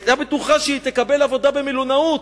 היא היתה בטוחה שהיא תקבל עבודה במלונאות,